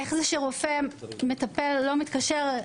איך זה שרופא מטפל לא מתקשר?